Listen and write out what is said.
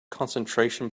concentration